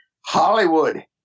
Hollywood